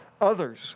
others